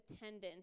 attendance